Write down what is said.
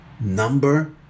number